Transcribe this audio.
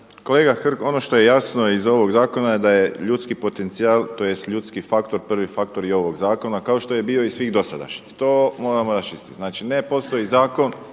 Kolega Hrg, ono što je jasno iz ovog zakona je da je ljudski potencijal, tj. ljudski faktor prvi faktor i ovog zakona kao što je bio i svih dosadašnjih, to moramo raščistiti. Znači ne postoji zakon